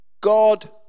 God